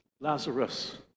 Lazarus